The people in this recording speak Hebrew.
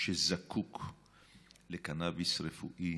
שזקוק לקנאביס רפואי,